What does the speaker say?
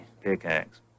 pickaxe